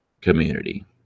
community